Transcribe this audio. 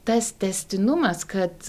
tas tęstinumas kad